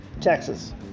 Texas